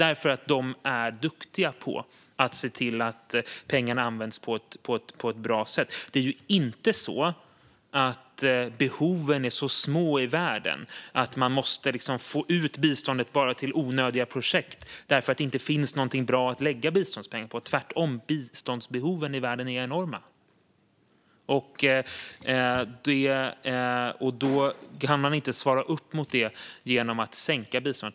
De är nämligen duktiga på att se till att pengarna används på ett bra sätt. Det är inte så att behoven är så små i världen att man måste få ut biståndet bara till onödiga projekt för att det inte finns något bra att lägga biståndspengar på. Tvärtom är biståndsbehoven i världen enorma. Då kan man inte svara på det med att sänka biståndet.